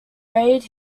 reid